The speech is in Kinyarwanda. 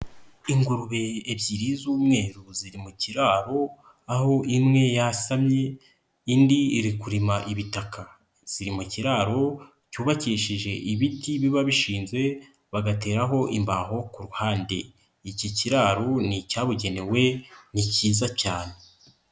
Ingurube ebyiri z'umweru ziri mu kiraro aho imwe yasamye indi iri kurima ibitaka, ziri mu kiraro cyubakishije ibiti biba bishinzwe bagateraho imbaho ku ruhande, iki kiraro ni icyabugenewe ni cyiza cyane.